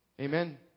Amen